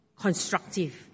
constructive